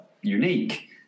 unique